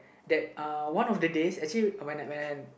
that uh one of the days actually when I when